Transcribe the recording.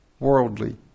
worldly